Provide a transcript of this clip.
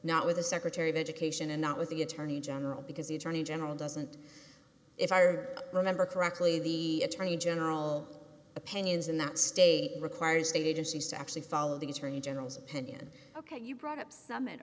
not with the secretary of education and not with the attorney general because the attorney general doesn't if i or remember correctly the attorney general opinions in that state requires state agencies to actually follow the attorney general's opinion ok you brought up some